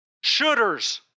shooters